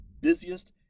busiest